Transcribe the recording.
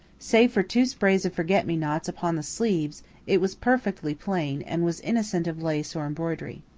save for two sprays of forget-me-nots upon the sleeves it was perfectly plain and was innocent of lace or embroidery.